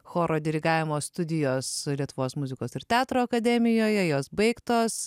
choro dirigavimo studijos lietuvos muzikos ir teatro akademijoje jos baigtos